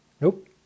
Nope